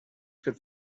could